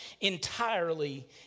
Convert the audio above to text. entirely